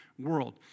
World